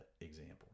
example